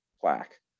plaque